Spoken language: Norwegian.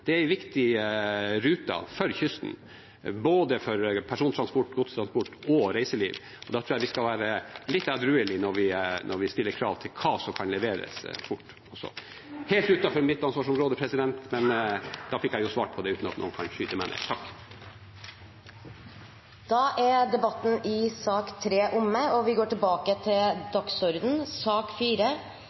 for kysten, for både persontransport, godstransport og reiseliv. Da tror jeg vi skal være litt edruelige når vi stiller krav til hva som kan leveres fort. Dette er helt utenfor mitt ansvarsområde, men da fikk jeg svart på det uten at noen kan skyte meg ned. Debatten i sak nr. 3 er omme. Ingen har bedt om ordet. Etter ønske fra finanskomiteen vil presidenten foreslå at taletiden blir begrenset til